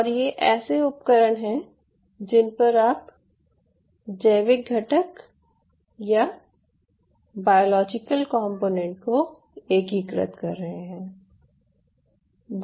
और ये ऐसे उपकरण हैं जिन पर आप जैविक घटक या बायोलॉजिकल कॉम्पोनेन्ट को एकीकृत कर रहे हैं